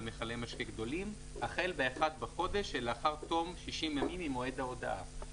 מיכלי משקה גדולים החל ב-1 בחודש שלאחר תום 60 ימים ממועד ההודעה,